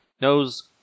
knows